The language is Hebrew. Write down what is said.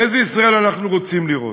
איזו ישראל אנחנו רוצים לראות.